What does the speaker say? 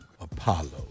Apollo